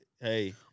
hey